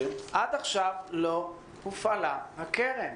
עד עכשיו לא הופעלה הקרן,